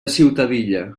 ciutadilla